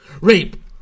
Rape